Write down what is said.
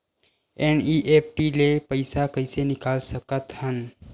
NEFT ले पईसा कइसे निकाल सकत हन?